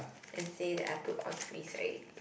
and say that I put all threes right